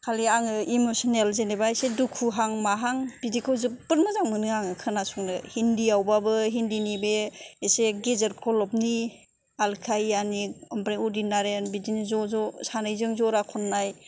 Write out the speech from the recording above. खालि आङो इम'सनेल जेन'बा एसे दुखुहां माहां बिदिखौ जोबोद मोजां मोनो आङो खोनासंनो हिन्दी आवबाबो हिन्दीनि बे एसे गेजेर खलबनि आलखा यानिक आमफ्राय उदित नारायन बिदिनो ज'ज' सानैजों ज'रा खननाय